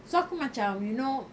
so aku macam you know